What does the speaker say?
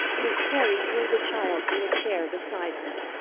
miss terry drew the child to a chair beside her.